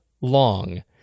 long